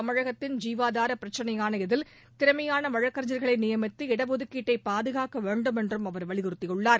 தமிழகத்தின் ஜீவாதார பிரச்சினையான இதில் திறமையான வழக்கறிஞர்களை நியமித்து இடஒதுக்கீட்டை பாதுகாக்க வேண்டும் என்றும் அவர் வலியறுத்தியுள்ளார்